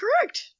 correct